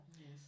Yes